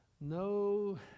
no